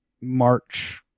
March